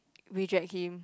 reject him